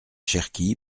cherki